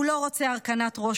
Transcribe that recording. הוא לא רוצה הרכנת ראש,